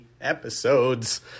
episodes